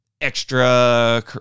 Extra